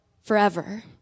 forever